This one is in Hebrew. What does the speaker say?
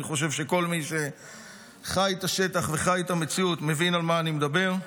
אני חושב שכל מי שחי את השטח וחי את המציאות מבין על מה אני מדבר,